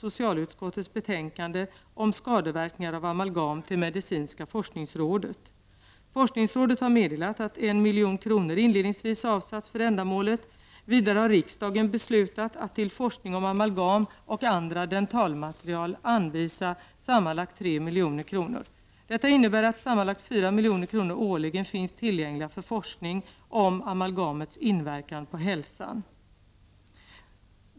om skadeverkningar av amalgam till medicinska forskningsrådet. Forskningsrådet har meddelat att Vidare har riksdagen beslutat att till forskning om amalgam och andra dentalmaterial anvisa sammanlagt 3 milj.kr. Detta innebär att sammanlagt 4 milj.kr. årligen finns tillgängliga för forskning om amalgamets inverkan på hälsan.